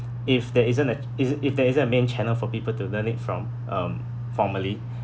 if there isn't a is if if there isn't a main channel for people to learn it from um formerly